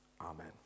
Amen